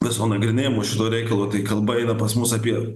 viso nagrinėjimo šito reikalo tai kalba eina pas mus apie